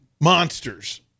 monsters